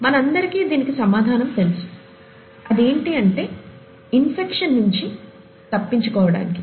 మనందరికీ దీనికి సమాధానం తెలుసు అదేంటి అంటే ఇన్ఫెక్షన్ నించి తప్పించుకోవడానికి